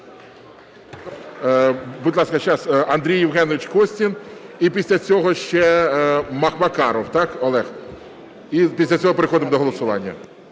Будь ласка, зараз Андрій Євгенович Костін. І після цього ще Макаров Олег. І після цього переходимо до голосування.